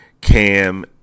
Cam